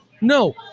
no